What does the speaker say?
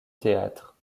théâtre